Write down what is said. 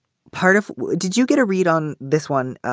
part of did you get a read on this one?